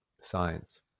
science